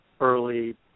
early